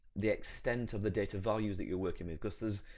the extent of the data values that you're working with because there's,